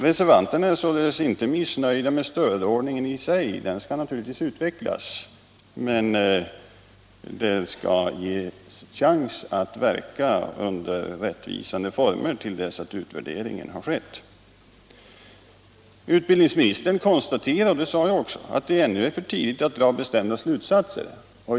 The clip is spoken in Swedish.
Reservanterna är således inte missnöjda med stödordningen i sig. Den skall naturligtvis utvecklas, men den skall ges chans att verka under rättvisande former till dess att utvärderingen har skett. Utbildningsministern konstaterar — det sade jag i mitt tidigare anförande — att det ännu är för tidigt att dra bestämda slutsatser.